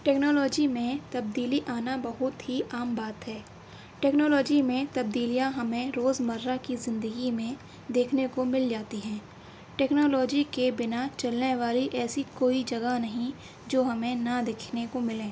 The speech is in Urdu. ٹیکنالوجی میں تبدیلی آنا بہت ہی عام بات ہے ٹیکنالوجی میں تبدیلیاں ہمیں روزمرہ کی زندگی میں دیکھنے کو مل جاتی ہیں ٹیکنالوجی کے بنا چلنے والی ایسی کوئی جگہ نہیں جو ہمیں نہ دیکھنے کو ملیں